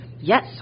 Yes